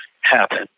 happen